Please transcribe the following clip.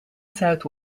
south